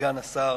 סגן שר